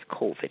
COVID